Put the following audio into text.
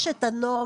יש את הנורמה,